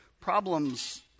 Problems